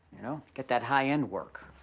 you know, get that high end work,